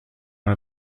one